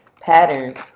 pattern